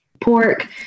pork